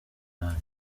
umunani